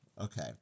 Okay